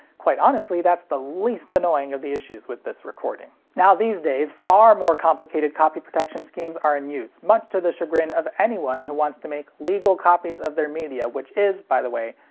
quite honestly that's the least annoying of the issues with this recording. now these days, far more complicated copy protection schemes are in use, much to the chagrin of anyone who wants to make legal copies of their media which is, by the way,